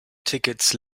tickets